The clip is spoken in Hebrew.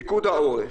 פיקוד העורף,